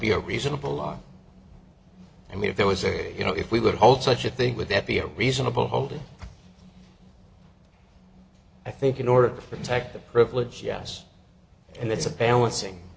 be a reasonable law i mean if there was a you know if we would hold such a thing with that be a reasonable holding i think in order to protect the privilege yes and it's a balancing